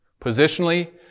Positionally